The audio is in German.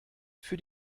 für